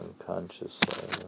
unconsciously